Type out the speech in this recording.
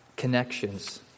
connections